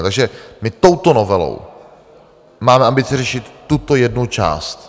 Takže my touto novelou máme ambici řešit tuto jednu část.